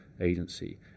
Agency